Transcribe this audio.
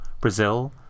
Brazil